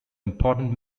important